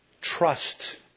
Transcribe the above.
Trust